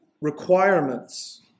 requirements